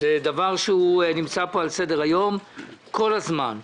זה דבר שנמצא פה על סדר היום כל הזמן.